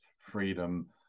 freedom